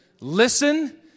Listen